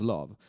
Love